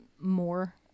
more